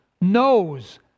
knows